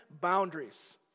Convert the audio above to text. boundaries